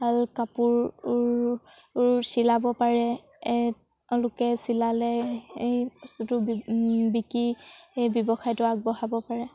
ভাল কাপোৰ চিলাব পাৰে তেওঁলোকে চিলালে এই বস্তুটো বিকি সেই ব্যৱসায়টো আগবঢ়াব পাৰে